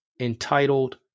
entitled